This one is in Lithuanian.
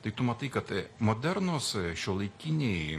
tai tu matai kad modernūs šiuolaikiniai